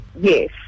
yes